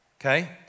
okay